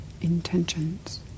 intentions